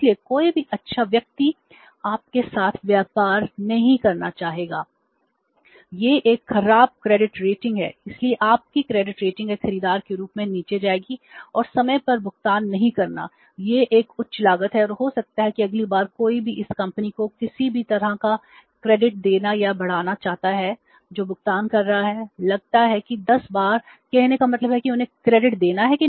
इसलिए कोई भी अच्छा व्यक्ति आपके साथ व्यापार नहीं करना चाहेगा यह 1 खराब क्रेडिट रेटिंग देना है